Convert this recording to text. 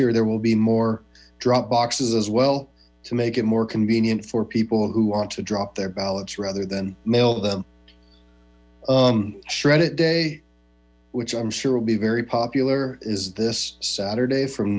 year there will be more drop boxes as well to make it more convenient for people who want to drop their ballots rather than mail them shredded day which i'm sure will be very popular is this saturday from